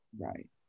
Right